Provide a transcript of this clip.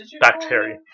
bacteria